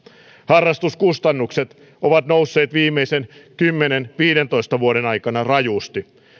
harrastuskustannukset ovat nousseet viimeisen kymmenen viiva viidentoista vuoden aikana rajusti